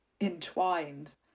entwined